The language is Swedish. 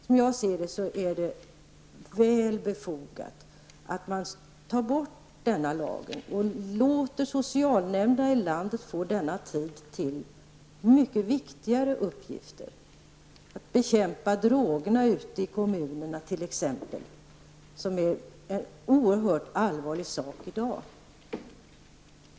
Som jag ser det är det väl befogat att man tar bort denna lag och låter socialnämnderna i landet använda denna tid till mycket viktigare uppgifter, t.ex. att bekämpa drogerna ute i kommunerna, vilket är ett oerhört allvarligt problem i dag.